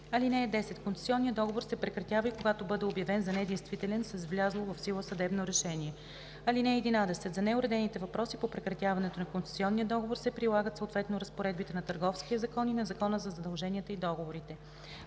(10) Концесионният договор се прекратява и когато бъде обявен за недействителен с влязло в сила съдебно решение. (11) За неуредените въпроси по прекратяването на концесионния договор се прилагат съответно разпоредбите на Търговския закон и на Закона за задълженията и договорите.